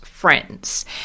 Friends